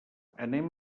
anem